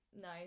no